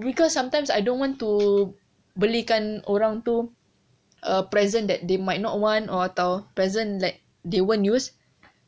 because sometimes I don't want to belikan orang tu a present that they might not want or atau present like they won't use